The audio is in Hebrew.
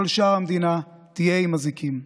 כל שאר המדינה תהיה עם אזיקים.